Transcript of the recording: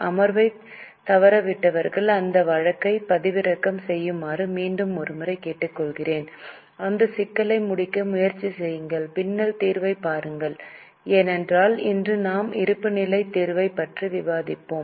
அமர்வைத் தவறவிட்டவர்கள் அந்த வழக்கை பதிவிறக்கம் செய்யுமாறு மீண்டும் ஒரு முறை கேட்டுக்கொள்கிறேன் அந்த சிக்கலை முடிக்க முயற்சி செய்யுங்கள் பின்னர் தீர்வைப் பாருங்கள் ஏனென்றால் இன்று நாம் இருப்புநிலைத் தீர்வைப் பற்றி விவாதிப்போம்